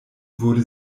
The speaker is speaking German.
wurde